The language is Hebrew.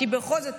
כי בכל זאת,